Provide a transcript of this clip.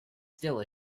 still